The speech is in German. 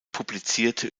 publizierte